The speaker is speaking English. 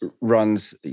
runs